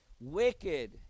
wicked